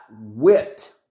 whipped